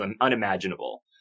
unimaginable